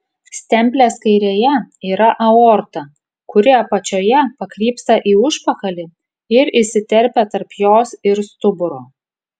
stemplės kairėje yra aorta kuri apačioje pakrypsta į užpakalį ir įsiterpia tarp jos ir stuburo